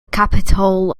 capitol